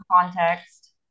context